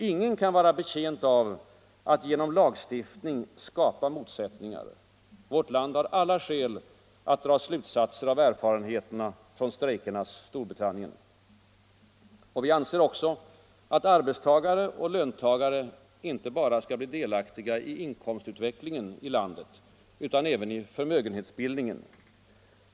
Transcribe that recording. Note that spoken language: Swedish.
Ingen kan vara betjänt av att genom lagstiftning skapa motsättningar. Vårt land har alla skäl att dra slutsatser av erfarenheterna från strejkernas Storbritannien. Vi anser också att arbetstagare och löntagare inte bara skall bli delaktiga i inkomstutvecklingen i landet utan även i förmögenhetsbildningen.